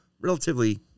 relatively